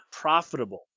profitable